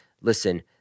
listen